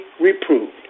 reproved